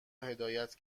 هدایت